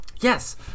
Yes